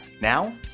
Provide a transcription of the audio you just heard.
Now